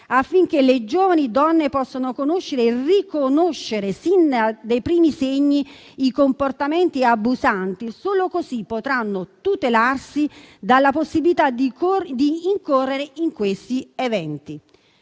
affinché le giovani donne possano conoscere e riconoscere sin dai primi segni i comportamenti abusanti; solo così potranno tutelarsi dalla possibilità di incorrere in questi eventi.